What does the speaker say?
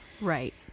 Right